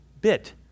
bit